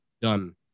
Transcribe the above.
done